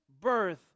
birth